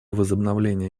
возобновления